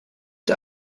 der